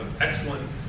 excellent